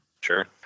Sure